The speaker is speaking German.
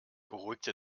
beruhigte